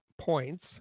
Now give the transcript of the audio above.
points